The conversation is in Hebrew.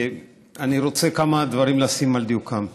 אני רוצה כמה דברים לשים על דיוקם.